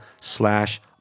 slash